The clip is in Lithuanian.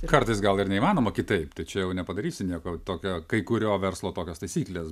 kartais gal ir neįmanoma kitaip tai čia jau nepadarysi nieko tokio kai kurio verslo tokios taisyklės